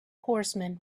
horsemen